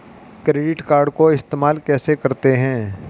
Credit card को इस्तेमाल कैसे करते हैं?